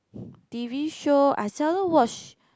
T_V show I seldom watch